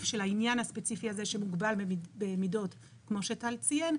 של הענין הספציפי הזה שמוגבל במידות כמו שטל ציין,